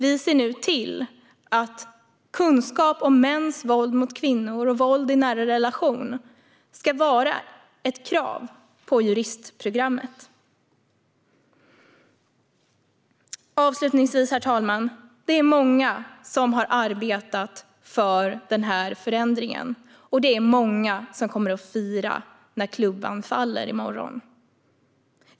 Vi ser nu till att kunskap om mäns våld mot kvinnor och våld i nära relationer ska vara ett krav på juristprogrammet. Herr talman! Det är många som har arbetat för den här förändringen, och det är många som kommer att fira när klubban faller i morgon.